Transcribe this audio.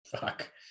fuck